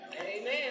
Amen